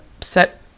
set